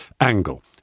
Angle